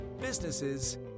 businesses